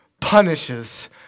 punishes